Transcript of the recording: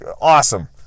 awesome